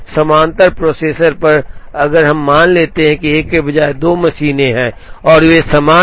समानांतर प्रोसेसर पर अब अगर हम मान लेते हैं कि 1 के बजाय दो मशीनें हैं और वे समान हैं